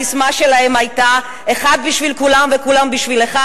הססמה שלהם היתה: אחד בשביל כולם וכולם בשביל אחד,